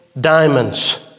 diamonds